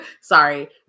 Sorry